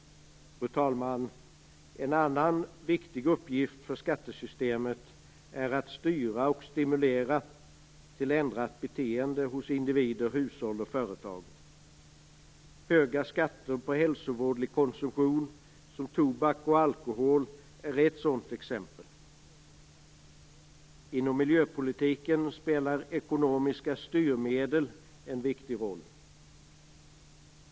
Fru talman! En annan viktig uppgift för skattesystemet är att styra och stimulera till ändrat beteende hos individer, hushåll och företag. Höga skatter på hälsovådlig konsumtion, som tobak och alkohol, är ett sådant exempel. Inom miljöpolitiken spelar ekonomiska styrmedel en viktig roll.